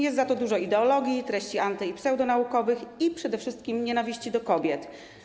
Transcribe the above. Jest za to dużo ideologii, treści anty- i pseudonaukowych, a przede wszystkim nienawiści do kobiet.